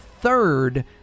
third